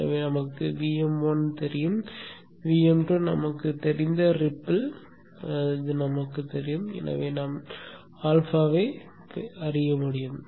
எனவே நமக்கு Vm1 தெரியும் Vm2 நமக்குத் தெரிந்த ரிப்பில் நமக்குத் தெரியும் எனவே நாம் α ஐ அறிய முடியும்